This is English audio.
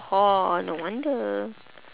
orh no wonder